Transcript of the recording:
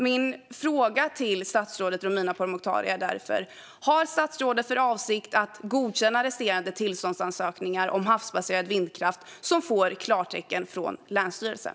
Min fråga till statsrådet Romina Pourmokhtari är därför: Har statsrådet för avsikt att godkänna resterande tillståndsansökningar om havsbaserad vindkraft som får klartecken från länsstyrelsen?